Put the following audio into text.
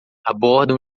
aborda